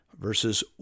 Verses